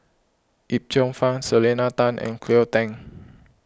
Yip Cheong Fun Selena Tan and Cleo Thang